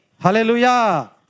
Hallelujah